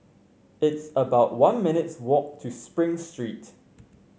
it's about one minutes' walk to Spring Street